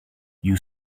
you